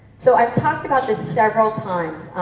so i talked about this several times.